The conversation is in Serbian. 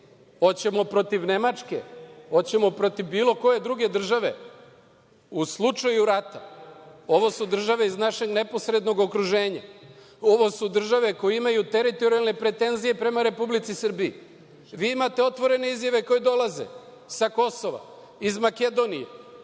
Hoćemo protiv Nemačke? Hoćemo protiv bilo koje druge države? U slučaju rata, ovo su države iz našeg neposrednog okruženja. Ovo su države koje imaju teritorijalne pretenzije prema Republici Srbiji. Vi imate otvorene izjave koje dolaze sa Kosova, iz Makedonije,